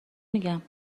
میگم